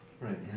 Right